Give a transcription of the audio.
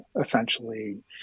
essentially